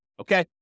Okay